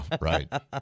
right